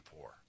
poor